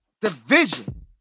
division